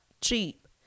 cheap